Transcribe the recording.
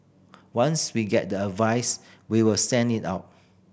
once we get the advice we will send it out